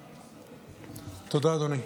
תודה, אדוני.